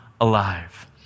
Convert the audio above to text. alive